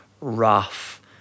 rough